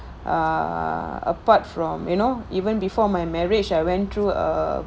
uh apart from you know even before my marriage I went through a